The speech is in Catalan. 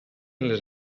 les